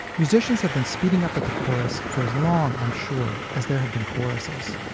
musicians have been speeding up at the chorus for as long, i'm sure, as there have been choruses.